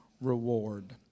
reward